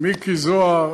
מיקי זוהר.